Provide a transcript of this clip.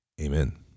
Amen